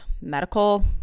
medical